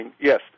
Yes